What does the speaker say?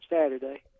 Saturday